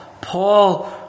Paul